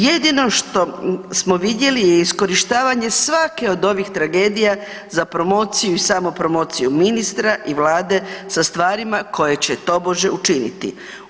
Jedino što smo vidjeli je iskorištavanje svake od ovih tragedija za promociju i samopromociju ministra i Vlade sa stvarima koje će tobože učiniti.